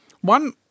one